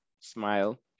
Smile